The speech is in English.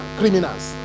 criminals